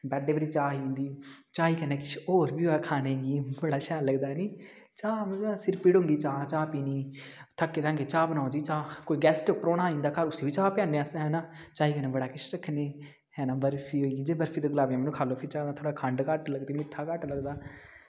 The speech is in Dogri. बेड उप्पर गै चाह् आई जंदी चाही कन्नै किश होर बी होऐ खानै गी बड़ा मज़ा आंदा चाह् उऐ सिर्फ हटैली चाह् पीनी थक्के दे होंगे ते चाह् बनाओ जी चाह् कोई गेस्ट आंदा परौह्ना ते ओह्बी चाही कन्नै ऐ ना बरफी गुलाब जामुन खाई लैओ चाही थोह्ड़ी खंड घट्ट लगदी मिट्ठा घट्ट लगदा